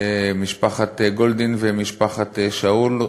משפחת גולדין ומשפחת שאול,